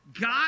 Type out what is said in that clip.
God